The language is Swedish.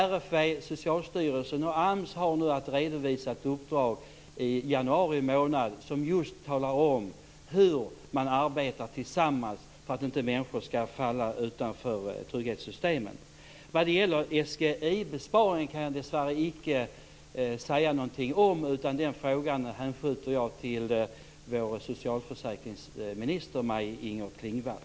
RFV, Socialstyrelsen och AMS skall i januari månad redovisa ett uppdrag. Det gäller just hur man arbetar tillsammans för att människor inte skall falla utanför trygghetssystemen. Jag kan dessvärre icke säga något om SGI besparingen. Den frågan hänskjuter jag till vår socialförsäkringsminister Maj-Inger Klingvall.